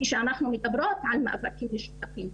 כשאנחנו מדברות על מאבקים משותפים.